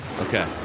Okay